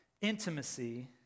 intimacy